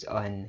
on